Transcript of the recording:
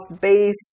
base